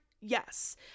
Yes